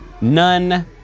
none